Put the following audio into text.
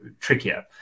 trickier